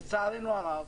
לצערנו הרב,